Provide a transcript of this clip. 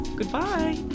Goodbye